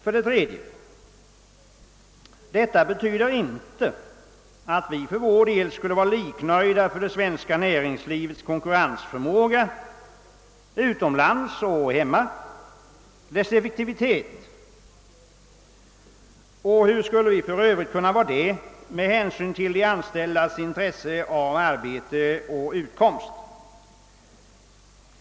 För det tredje: Detta synsätt betyder inte att vi skulle vara liknöjda när det gäller den svenska industrins konkurrensförmåga och effektivitet utomlands och hemma. Hur skulle vi för övrigt kunna vara det med hänsyn till de anställdas intresse av arbete och utkomst?